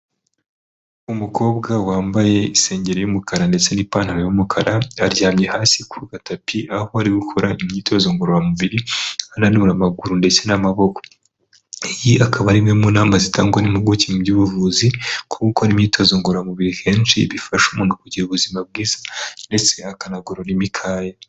Umukobwa wambaye isengeri y'umukara ndetse n'ipantaro y'umukara aryamye hasi ku gatapi aho ari gukora imyitozo ngororamubiri ,ananura amaguru ndetse n'amaboko .Iyi akaba ari imwe mu nama zitangwa n'impuguke mu by'ubuvuzi gukora imyitozo ngororamubiri kenshi bifasha umuntu kugira ubuzima bwiza ndetse akanagorora imikaya.